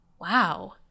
Wow